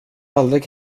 aldrig